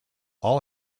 all